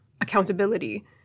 accountability